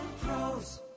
pros